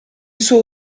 suo